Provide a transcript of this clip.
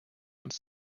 uns